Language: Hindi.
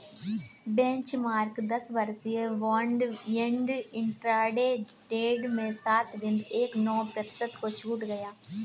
बेंचमार्क दस वर्षीय बॉन्ड यील्ड इंट्राडे ट्रेड में सात बिंदु एक नौ प्रतिशत को छू गया